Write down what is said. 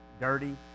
dirty